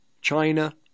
China